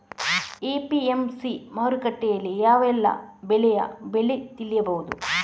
APMC ಮಾರುಕಟ್ಟೆಯಲ್ಲಿ ಯಾವೆಲ್ಲಾ ಬೆಳೆಯ ಬೆಲೆ ತಿಳಿಬಹುದು?